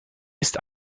ist